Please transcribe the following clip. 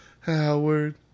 Howard